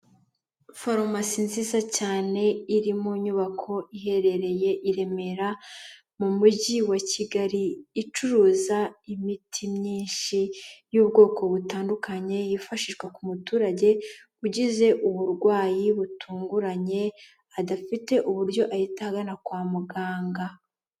Farumasi nziza cyane iri mu nyubako iherereye i Remera mu mujyi wa Kigali, icuruza imiti myinshi y'ubwoko butandukanye, yifashishwa ku muturage ugize uburwayi butunguranye, adafite uburyo ahita agana kwa muganga.